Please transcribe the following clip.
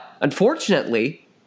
unfortunately